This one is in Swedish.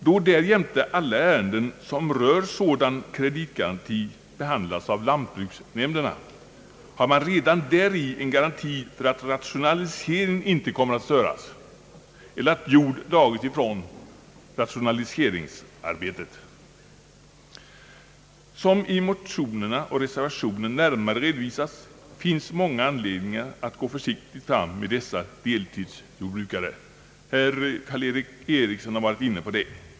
Då därjämte alla ärenden som rör sådan kreditgaranti behandlas av lantbruksnämnderna, har man redan däri en garanti för att rationaliseringen inte kommer att störas eller jord dragas från rationaliseringsarbetet. Som i motionerna och reservationen närmare redovisas, finns många anledningar att gå försiktigt fram med dessa deltidsjordbrukare; herr = Karl-Erik Eriksson har varit inne på detta.